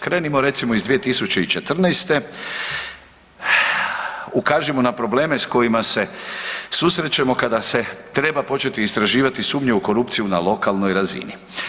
Krenimo recimo iz 2014., ukažimo na probleme s kojima se susrećemo kada se treba početi istraživati sumnjivu korupciju na lokalnoj razini.